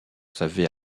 savait